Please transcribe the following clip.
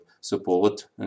support